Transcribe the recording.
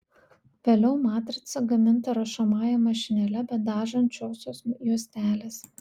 vėliau matrica gaminta rašomąja mašinėle be dažančiosios juostelės